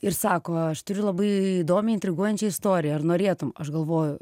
ir sako aš turiu labai įdomią intriguojančią istoriją ar norėtum aš galvoju